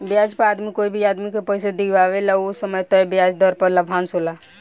ब्याज पर आदमी कोई भी आदमी के पइसा दिआवेला ओ समय तय ब्याज दर पर लाभांश होला